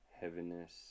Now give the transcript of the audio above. heaviness